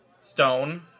Stone